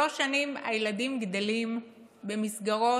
שלוש שנים הילדים גדלים במסגרות